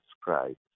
Christ